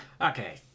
Okay